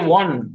one